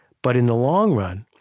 but in the long run,